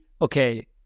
okay